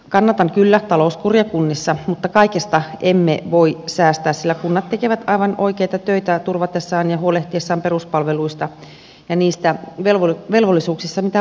kannatan kyllä talouskuria kunnissa mutta kaikesta emme voi säästää sillä kunnat tekevät aivan oikeita töitä turvatessaan ja huolehtiessaan peruspalveluista ja niistä velvollisuuksista mitä valtio antaa